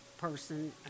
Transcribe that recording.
person